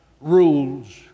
rules